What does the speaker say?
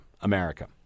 America